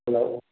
hello